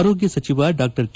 ಆರೋಗ್ಯ ಸಚಿವ ಡಾ ಕೆ